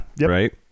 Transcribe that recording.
right